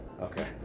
okay